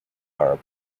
are